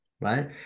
right